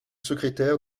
secrétaire